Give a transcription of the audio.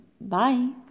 Bye